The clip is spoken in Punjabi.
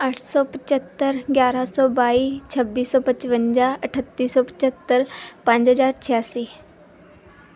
ਅੱਠ ਸੌ ਪਚੱਤਰ ਗਿਆਰਾਂ ਸੌ ਬਾਈ ਛੱਬੀ ਸੌ ਪਚਵੰਜਾ ਅਠੱਤੀ ਸੌ ਪਚੱਤਰ ਪੰਜ ਹਜ਼ਾਰ ਛਿਆਸੀ